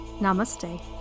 Namaste